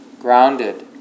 grounded